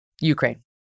Ukraine